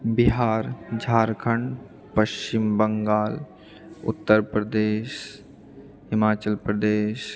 Bihar Jharkhand Paschim Bangal Uttar Pradesh Himachal Pradesh